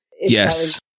Yes